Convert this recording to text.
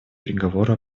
переговоры